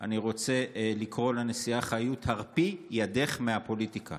אני רוצה לקרוא לנשיאה חיות: הרפי ידך מהפוליטיקה